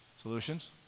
Solutions